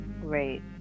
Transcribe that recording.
great